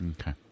Okay